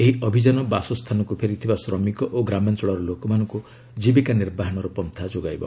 ଏହି ଅଭିଯାନ ବାସସ୍ଥାନକ୍ ଫେରିଥିବା ଶ୍ରମିକ ଓ ଗ୍ରାମାଞ୍ଚଳର ଲୋକମାନଙ୍କ ଜୀବକା ନିର୍ବାହନର ପନ୍ତା ଯୋଗାଇବ